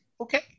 okay